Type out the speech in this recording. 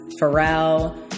Pharrell